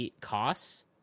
costs